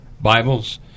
Bibles